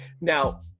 Now